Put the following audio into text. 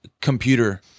computer